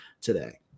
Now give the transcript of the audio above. today